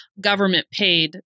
government-paid